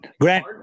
Grant